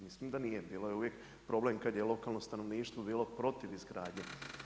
Mislim da nije, bilo je uvijek problem kad je lokalno stanovništvo bilo protiv izgradnje.